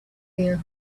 their